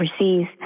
overseas